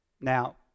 Now